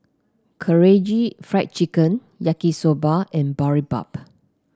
Karaage Fried Chicken Yaki Soba and Boribap